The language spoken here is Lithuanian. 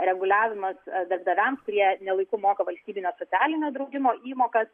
reguliavimas darbdaviams kurie nelaiku moka valstybinio socialinio draudimo įmokas